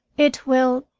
it well,